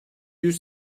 yüz